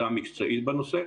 שהיא עבודה מקצועית בנושא,